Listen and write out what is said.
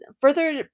further